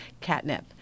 catnip